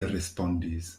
respondis